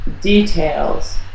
details